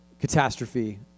catastrophe